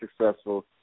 successful